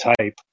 type